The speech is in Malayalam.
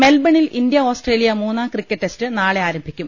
മെൽബണിൽ ഇന്ത്യ ഓസ്ട്രേലിയ മൂന്നാം ക്രിക്കറ്റ് ടെസ്റ്റ് നാളെ ആരംഭിക്കും